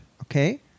okay